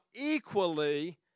equally